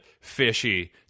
fishy